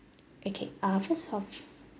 okay uh first of